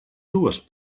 dues